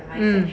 mm